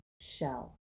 shell